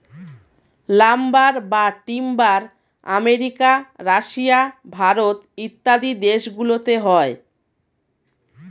lumber বা timber America, Russia, Bharat ইত্যাদি দেশ গুলোতে হয়